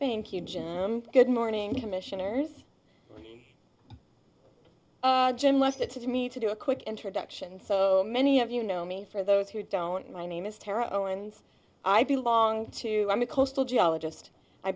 thank you good morning commissioners jim left it to me to do a quick introduction so many of you know me for those who don't my name is taro and i belong to a coastal geologist i